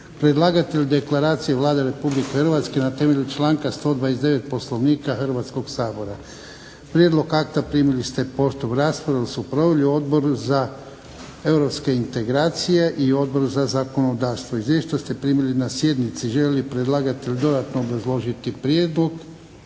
Predlagatelj deklaracije Vlada Republike Hrvatske na temelju članka 129. Poslovnika Hrvatskog sabora. Prijedlog akta primili ste poštom. Raspravu su proveli Odbor za europske integracije i Odbor za zakonodavstvo. Izvješća ste primili na sjednici. Želi li predlagatelj dodatno obrazložiti prijedlog?